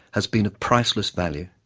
has been of priceless value.